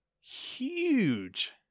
huge